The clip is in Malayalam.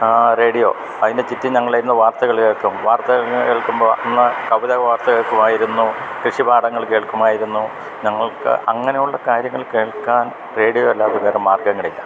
റേഡിയോ അതിൻ്റെ ചുറ്റും ഞങ്ങളിരുന്ന് വാർത്തകൾ കേൾക്കും വാർത്തകൾ ഇങ്ങനെ കേൾക്കുമ്പോൾ അന്ന് കവിത വാർത്ത കേൾക്കുവായിരുന്നു കൃഷിപാഠങ്ങൾ കേൾക്കുമായിരുന്നു ഞങ്ങൾക്ക് അങ്ങനെ ഉള്ള കാര്യങ്ങൾ കേൾക്കാൻ റേഡിയോ അല്ലാതെ വേറെ മാർഗ്ഗങ്ങളില്ല